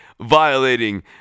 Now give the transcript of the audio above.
violating